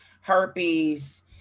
herpes